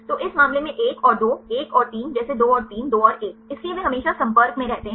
तो इस मामले में 1 और 2 1 और 3 जैसे 2 और 3 2 और 1 इसलिए वे हमेशा संपर्क में रहते हैं